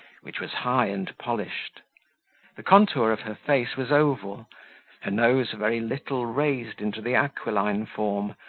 which was high and polished the contour of her face was oval her nose very little raised into the aquiline form,